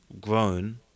grown